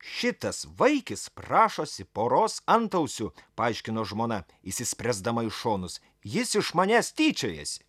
šitas vaikis prašosi poros antausių paaiškino žmona įsispręsdama į šonus jis iš manęs tyčiojasi